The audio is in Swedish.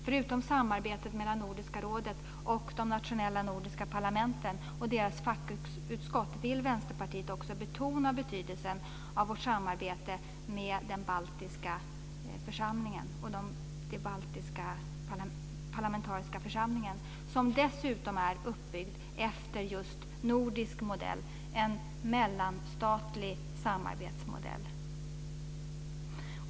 Förutom samarbetet mellan Nordiska rådet och de nationella nordiska parlamenten och deras fackutskott vill Vänsterpartiet också betona betydelsen av vårt samarbete med den baltiska parlamentariska församlingen, som dessutom är uppbyggd efter just nordisk modell, en mellanstatlig samarbetsmodell.